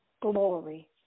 glory